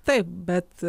taip bet